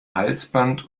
halsband